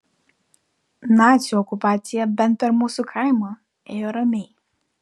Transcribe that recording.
nacių okupacija bent per mūsų kaimą ėjo ramiai